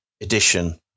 edition